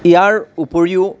ইয়াৰ উপৰিও